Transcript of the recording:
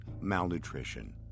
malnutrition